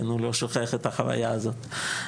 אני לא שוכח את החוויה הזאת.